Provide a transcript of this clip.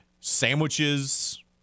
Sandwiches